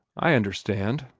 i understand,